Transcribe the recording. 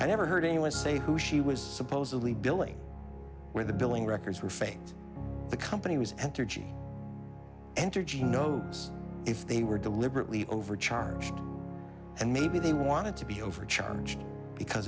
i never heard anyone say who she was supposedly billing where the billing records were faked the company was entergy entergy notes if they were deliberately overcharged and maybe they wanted to be overcharged because